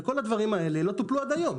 וכל הדברים האלה לא טופלו עד היום.